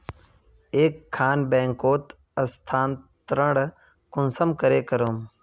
एक खान बैंकोत स्थानंतरण कुंसम करे करूम?